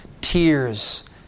tears